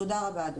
תודה רבה.